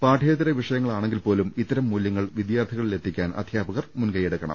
പാഠ്യേതര വിഷയങ്ങളാണെങ്കിൽപോലും ഇത്തരം മൂല്യങ്ങൾ വിദ്യാർത്ഥികളിൽ എത്തിക്കാൻ അധ്യാപകർ മുൻകൈ എടു ക്കണം